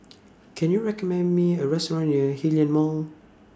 Can YOU recommend Me A Restaurant near Hillion Mall